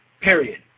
period